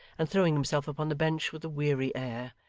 and throwing himself upon the bench with a weary air,